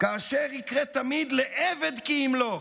כאשר יקרה תמיד ל'עבד כי ימלוך',